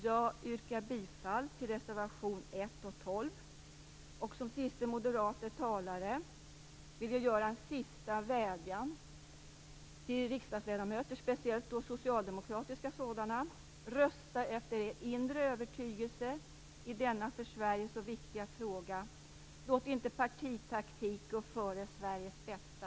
Jag yrkar bifall till reservationerna 1 Som sista moderata talare vill jag göra en sista vädjan till riksdagsledamöterna, speciellt då socialdemokratiska sådana: Rösta efter er inre övertygelse i denna för Sverige så viktiga fråga! Låt inte partitaktik gå före Sveriges bästa!